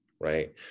right